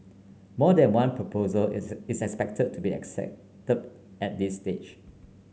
more than one proposal is is expected to be accepted at this stage